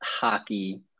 hockey